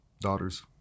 daughters